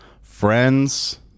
friends